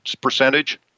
percentage